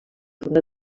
forma